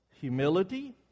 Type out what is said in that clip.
humility